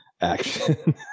action